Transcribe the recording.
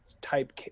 type